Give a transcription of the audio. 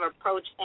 approach